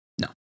no